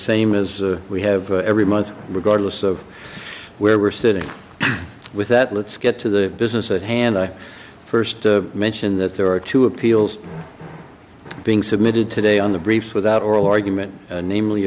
same as we have every month regardless of where we're sitting with that let's get to the business at hand first mention that there are two appeals being submitted today on the briefs without oral argument namely